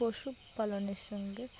পশুপালনের সঙ্গে